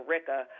Rica